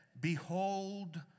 Behold